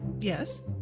Yes